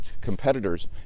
competitors